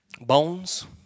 Bones